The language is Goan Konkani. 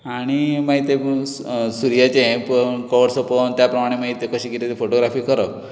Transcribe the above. आनी मागीर तें स् सुर्याचे हें पोवन कोर्स पोवन त्या प्रमाणे मागीर तें कशें कितें ते फोटोग्राफी करप